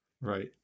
Right